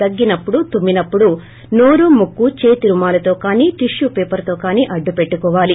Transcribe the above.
దగ్గినప్పుడు తుమ్మి నప్పుడు నోరు ముక్కు చేతి రుమాలుతో కాని టిష్యూ పేపర్ తో కాని అడ్డు పెట్టుకోవాలి